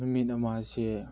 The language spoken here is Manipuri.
ꯅꯨꯃꯤꯠ ꯑꯃꯁꯦ